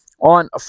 on